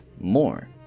more